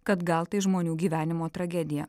kad gal tai žmonių gyvenimo tragedija